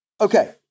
Okay